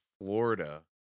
Florida